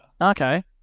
Okay